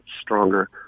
stronger